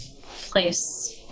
place